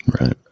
right